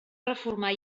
reformar